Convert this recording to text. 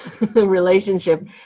relationship